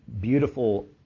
beautiful